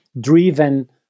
driven